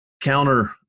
counter